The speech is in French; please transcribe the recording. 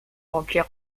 remplir